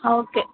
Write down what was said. okay